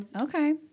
okay